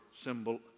symbol